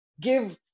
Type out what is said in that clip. give